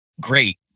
great